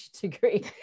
degree